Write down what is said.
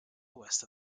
west